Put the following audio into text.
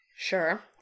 Sure